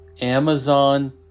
Amazon